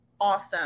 awesome